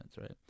right